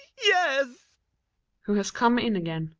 yes who has come in again.